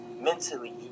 mentally